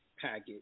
package